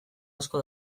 asko